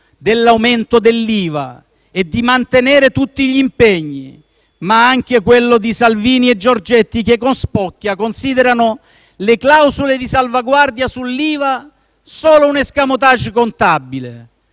dell'aumento dell'IVA e di mantenere tutti gli impegni, ma anche Salvini e Giorgetti, che con spocchia considerano le clausole di salvaguardia sull'IVA solo un *escamotage* contabile: